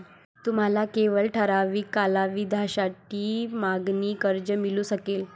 तुम्हाला केवळ ठराविक कालावधीसाठी मागणी कर्ज मिळू शकेल